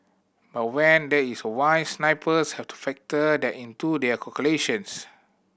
but when there is wind snipers have to factor that into their calculations